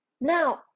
Now